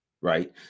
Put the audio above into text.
right